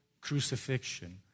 crucifixion